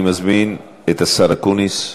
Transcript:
אני מזמין את השר אקוניס.